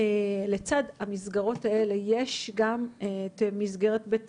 לצד המסגרות האלה יש גם את מסגרת בית